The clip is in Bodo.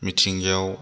मिथिंगायाव